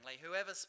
whoever